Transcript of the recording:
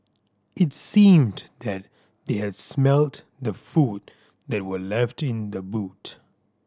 it seemed that they had smelt the food that were left in the boot